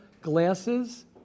glasses